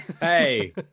Hey